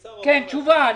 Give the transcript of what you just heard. תשובה.